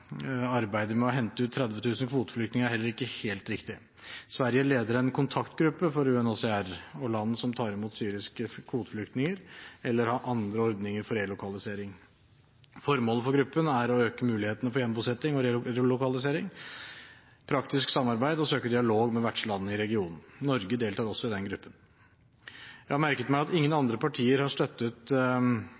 arbeidet med å hente ut 30 000 kvoteflyktninger, er heller ikke helt riktig. Sverige leder en kontaktgruppe for UNHCR og land som tar imot syriske kvoteflyktninger eller har andre ordninger for relokalisering. Formålet for gruppen er å øke mulighetene for gjenbosetting og relokalisering, for praktisk samarbeid og for å søke dialog med vertslandene i regionen. Norge deltar også i denne gruppen. Jeg har merket meg at ingen andre partier har støttet